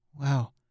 Wow